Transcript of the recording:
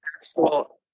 actual